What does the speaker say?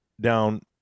down